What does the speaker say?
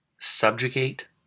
subjugate